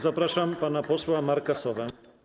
Zapraszam pana posła Marka Sowę.